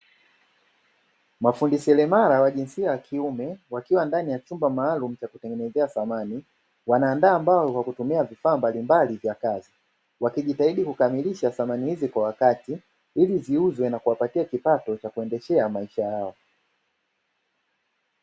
Mafundi selemala wa jinsia ya kiume wakiwa ndani ya chumba maalumu cha kutengeneza samani, wanaandaa ambao kwa kutumia vifaa mbalimbali vya kazi wakijitahidi kukamilisha samani hizi kwa wakati ili ziuzwe na kuwapatia kipato cha kuendeshea maisha yao.